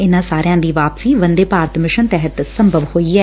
ਇਨੂਾਂ ਸਾਰਿਆਂ ਦੀ ਵਾਪਸੀ ਵੰਦੇ ਭਾਰਤ ਮਿਸ਼ਨ ਤਹਿਤ ਸੰਭਵ ਹੋਈ ਐ